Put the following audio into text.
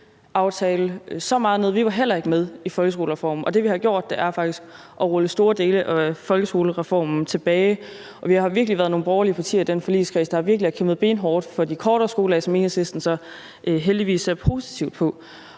skoleaftale så meget ned. Vi var heller ikke med i folkeskolereformen, og det, vi har gjort, er faktisk at rulle store dele af folkeskolereformen tilbage. Vi har været nogle borgerlige partier i den forligskreds, der virkelig har kæmpet benhårdt for de kortere skoledage, som Enhedslisten så heldigvis ser positivt på.